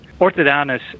Orthodontists